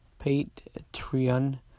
Patreon